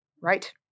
right